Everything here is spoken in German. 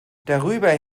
darüber